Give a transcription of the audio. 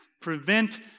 prevent